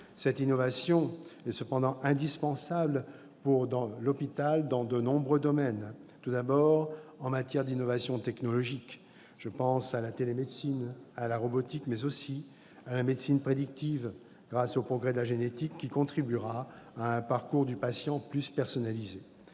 Cette innovation est cependant indispensable pour l'hôpital dans de nombreux domaines. Tout d'abord, en matière d'innovation technologique : je pense à la télémédecine, à la robotique, mais aussi à la médecine prédictive grâce au progrès de la génétique, qui contribuera à un parcours du patient plus personnalisé.